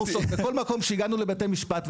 בכל מקום שהגענו לבתי משפט,